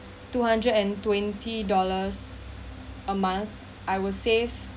two hundred and twenty dollars a month I will save